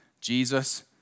Jesus